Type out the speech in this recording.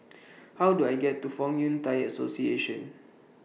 How Do I get to Fong Yun Thai Association